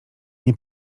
nie